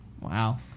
Wow